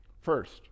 First